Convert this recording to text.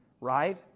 right